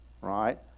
right